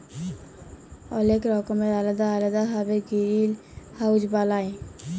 অলেক রকমের আলেদা আলেদা ভাবে গিরিলহাউজ বালায়